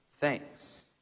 thanks